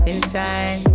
Inside